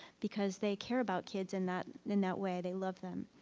because they care about kids in that in that way, they love them.